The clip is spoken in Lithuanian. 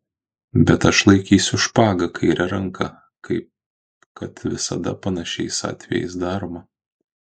bet aš laikysiu špagą kaire ranka kaip kad visada panašiais atvejais daroma